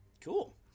Cool